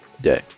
day